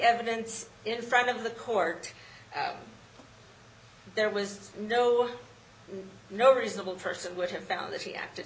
evidence in front of the court there was no no reasonable person would have found that he acted